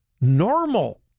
Normal